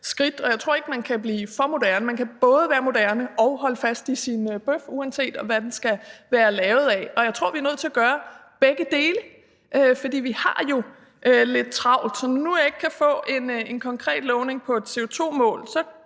jeg tror ikke, at man kan blive for moderne. Man kan godt både være moderne og holde fast i sin bøf, uanset hvad den skal være lavet af, og jeg tror, at vi er nødt til at gøre begge dele, for vi har jo lidt travlt. Så når jeg nu ikke kan få et konkret løfte om et CO2-mål,